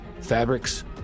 fabrics